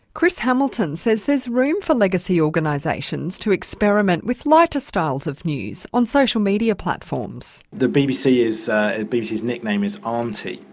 chris hamilton says there's room for legacy organisations to experiment with lighter styles of news on social media platforms. the bbc's ah bbc's nickname is aunty.